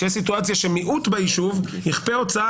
שיש סיטואציה שמיעוט ביישוב יכפה הוצאה